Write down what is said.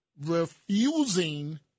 refusing